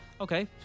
okay